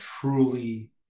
truly